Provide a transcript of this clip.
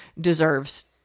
deserves